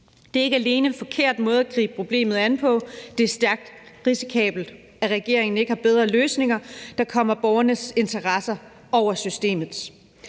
Det er ikke alene en forkert måde at gribe problemet an på; det er stærkt risikabelt, at regeringen ikke har bedre løsninger, der sætter borgernes interesse over systemets.